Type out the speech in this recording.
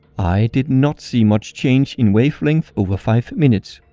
i did not see much change in wavelength over five minutes.